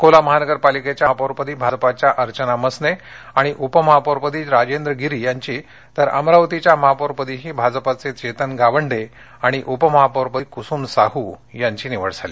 अकोला महानगरपालिकेच्या महापौरपदी भाजपच्या अर्चना मसने आणि उपमहापौरपदी राजेंद्र गिरी यांची तर अमरावतीच्या महापौरपदीही भाजपचे चेतन गावंडे आणि उपमहापौरपदी कुसुम साहू यांची निवड झाली